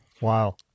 Wow